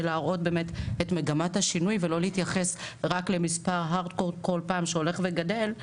להראות את מגמת השינוי ולא להתייחס רק למספר שהולך וגדל כי